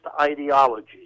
ideology